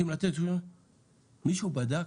מישהו בדק